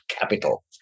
capital